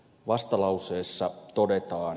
vastalauseessa todetaan